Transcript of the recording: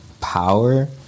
Power